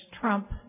trump